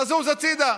תזוז הצידה,